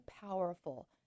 powerful